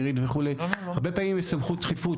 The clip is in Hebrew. נירית וכו' הרבה פעמים יש סמכות דחיפות,